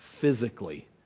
physically